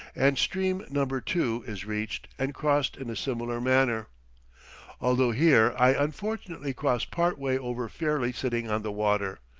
and stream number two is reached and crossed in a similar manner although here i unfortunately cross part way over fairly sitting on the water.